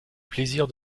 plaisir